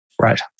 Right